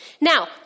Now